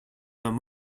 homme